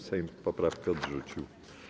Sejm poprawki odrzucił.